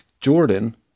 Jordan